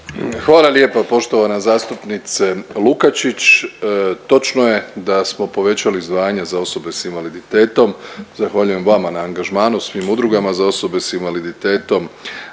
Hvala lijepa poštovana zastupnice Lukačić. Točno je da smo povećali izdvajanje za osobe s invaliditetom. Zahvaljujem vama na angažmanu, svim udrugama. Za osobe s invaliditetom